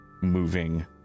moving